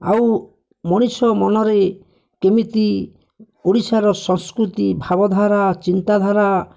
ଆଉ ମଣିଷ ମନରେ କେମିତି ଓଡ଼ିଶାର ସଂସ୍କୃତି ଭାବଧାରା ଚିନ୍ତାଧାରା